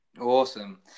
Awesome